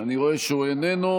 אני רואה שהוא איננו.